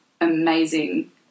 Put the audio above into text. amazing